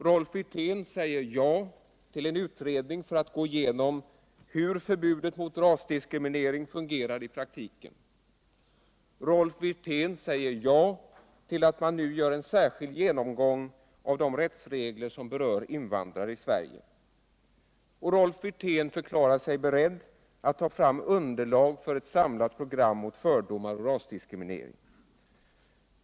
Rolf Wirtén säger ja till en utredning för att gå igenom hur förbudet mot rasdiskriminering fungerar i praktiken, han säger ja till en särskild genomgång av de rättsregler som berör invandrare i Sverige och han förklarar sig beredd att ta fram underlag för et samlat program mot rastördomar och rasdiskriminering.